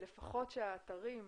לפחות שהאתרים,